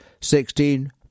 Sixteen